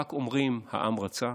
ורק אומרים "העם רצה",